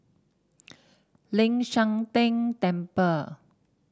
Ling San Teng Temple